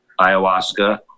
ayahuasca